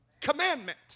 commandment